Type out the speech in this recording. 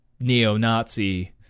neo-Nazi